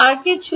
আর কিছু